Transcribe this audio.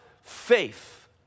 faith